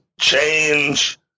change